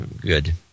good